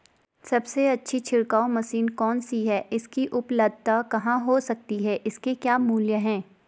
सबसे अच्छी छिड़काव मशीन कौन सी है इसकी उपलधता कहाँ हो सकती है इसके क्या मूल्य हैं?